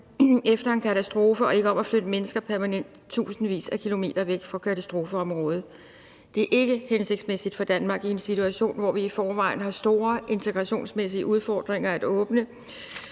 efter en katastrofe og ikke om at flytte mennesker permanent tusindvis af kilometer væk fra katastrofeområder. Det er ikke hensigtsmæssigt for Danmark i en situation, hvor vi i forvejen har store integrationsmæssige udfordringer, at vi åbner